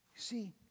see